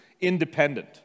independent